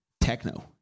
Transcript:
techno